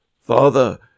Father